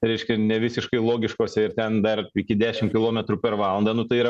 reiškia ne visiškai logiškose ir ten dar iki dešimt kilometrų per valandą nu tai yra